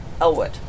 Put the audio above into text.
Elwood